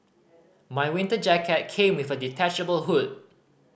my winter jacket came with a detachable hood